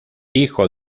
hijo